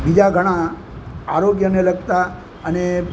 બીજા ઘણા આરોગ્યને લગતા અને